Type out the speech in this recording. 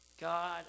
God